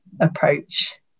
approach